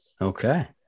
okay